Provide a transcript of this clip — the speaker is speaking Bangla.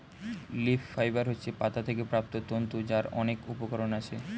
লিফ ফাইবার হচ্ছে পাতা থেকে প্রাপ্ত তন্তু যার অনেক উপকরণ আছে